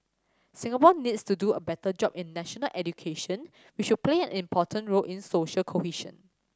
Singapore needs to do a better job in national education which will play an important role in social cohesion